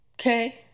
Okay